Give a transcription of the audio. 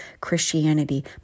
Christianity